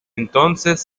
entonces